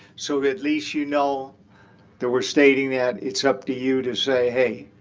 so at least you know that we're stating that it's up to you to say, hey,